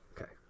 okay